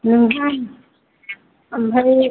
नोंहा ओमफ्राइ